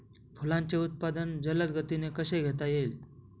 फुलांचे उत्पादन जलद गतीने कसे घेता येईल?